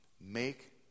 make